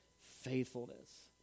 faithfulness